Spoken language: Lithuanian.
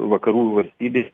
vakarų valstybė